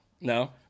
No